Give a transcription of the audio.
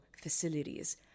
facilities